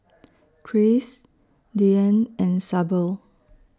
Kris Deeann and Sable